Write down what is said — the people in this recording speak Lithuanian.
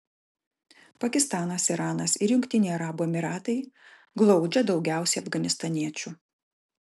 pakistanas iranas ir jungtiniai arabų emyratai glaudžia daugiausiai afganistaniečių